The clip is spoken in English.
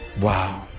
wow